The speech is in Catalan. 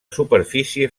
superfície